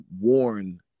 warn